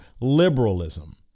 liberalism